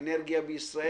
האנרגיה בישראל.